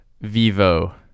vivo